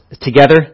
together